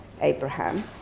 Abraham